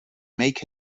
make